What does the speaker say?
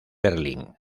berlín